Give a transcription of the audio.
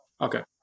Okay